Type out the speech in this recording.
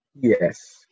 Yes